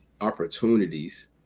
opportunities